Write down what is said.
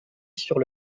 sur